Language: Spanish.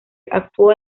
actuó